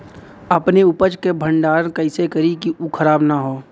अपने उपज क भंडारन कइसे करीं कि उ खराब न हो?